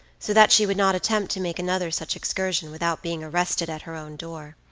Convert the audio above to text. so that she would not attempt to make another such excursion without being arrested at her own door.